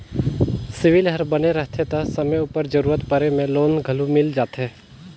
CIBIL हर बने रहथे ता समे उपर जरूरत परे में लोन घलो मिल जाथे